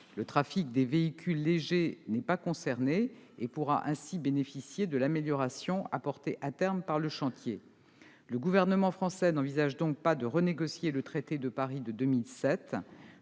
Le trafic des véhicules légers n'est pas concerné et pourra ainsi bénéficier de l'amélioration apportée à terme par le chantier. Le gouvernement français n'envisage donc pas de renégocier le traité de Paris de 2007.